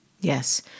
Yes